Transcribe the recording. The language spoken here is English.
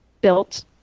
built